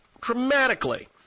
dramatically